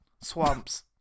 swamps